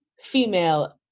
female